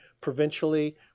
provincially